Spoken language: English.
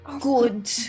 good